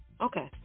Okay